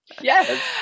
Yes